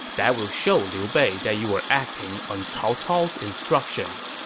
that will show liu bei that you were acting on cao cao's instructions.